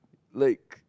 like